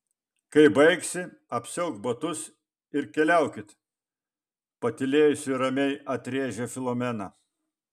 kai baigsi apsiauk batus ir keliaukit patylėjusi ramiai atrėžė filomena